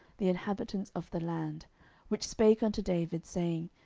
the inhabitants of the land which spake unto david, saying,